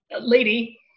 lady